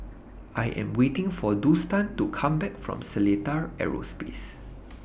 I Am waiting For Dustan to Come Back from Seletar Aerospace